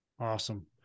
Awesome